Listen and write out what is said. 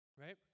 right